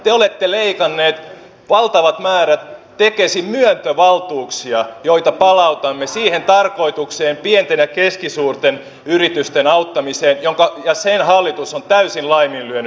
te olette leikanneet valtavat määrät tekesin myöntövaltuuksia joita palautamme siihen tarkoitukseen pienten ja keskisuurten yritysten auttamiseen ja sen hallitus on täysin laiminlyönyt